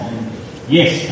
Yes